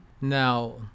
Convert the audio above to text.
Now